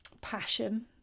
passion